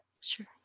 Sure